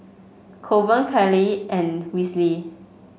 Colvin Kyleigh and Wesley